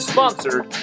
Sponsored